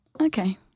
Okay